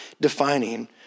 defining